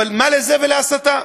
אבל מה לזה ולהסתה?